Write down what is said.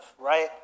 right